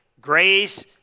Grace